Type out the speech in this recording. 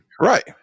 right